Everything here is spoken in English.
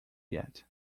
yet